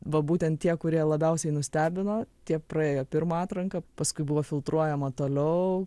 va būtent tie kurie labiausiai nustebino tie praėjo pirmą atranką paskui buvo filtruojama toliau